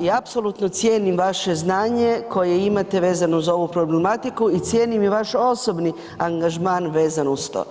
i apsolutno cijenim vaše znanje koje imate vezano uz ovu problematiku i cijenim i vaš osobni angažman vezan uz to.